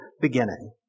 beginning